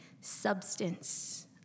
substance